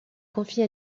confie